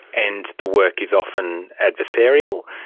and the work is often adversarial,